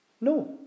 No